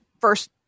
first